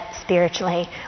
spiritually